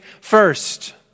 first